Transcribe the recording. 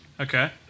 Okay